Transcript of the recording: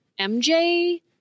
MJ